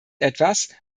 etwas